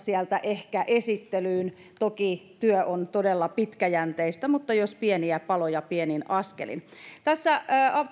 ehkä esittelyyn toki työ on todella pitkäjänteistä mutta jos saadaan pieniä paloja pienin askelin tässä